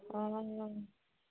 অঁ